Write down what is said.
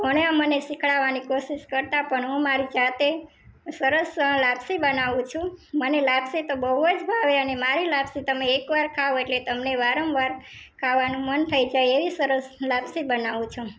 ઘણા મને શીખવાડવાની કોશીશ કરતાં પણ હું મારી જાતે સરસ લાપસી બનાવું છું મને લાપસી તો બહુ જ ભાવે અને મારી લાપસી તમે એકવાર ખાઓ એટલે તમને વારંવાર ખાવાનું મન થાય છે એવી સરસ લાપસી બનાવું છું